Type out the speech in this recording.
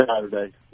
Saturday